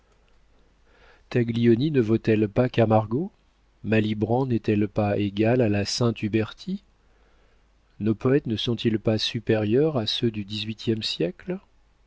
taglioni ne vaut-elle pas camargo malibran n'est-elle pas égale à la saint huberti nos poètes ne sont-ils pas supérieurs à ceux du dix-huitième siècle